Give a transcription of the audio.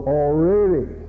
already